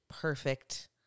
perfect